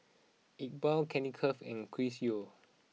Iqbal Kenneth Keng and Chris Yeo